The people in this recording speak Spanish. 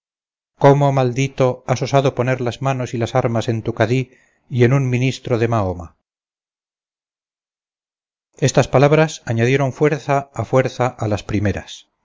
cómo maldito has osado poner las manos y las armas en tu cadí y en un ministro de mahoma estas palabras añadieron fuerza a fuerza a las primeras